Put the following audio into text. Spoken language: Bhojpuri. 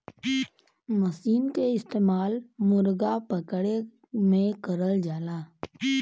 मसीन के इस्तेमाल मुरगा पकड़े में करल जाला